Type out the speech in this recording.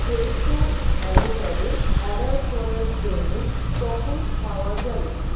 Fresho avocado order করার জন্য কখন পাওয়া যাবে